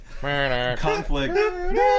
conflict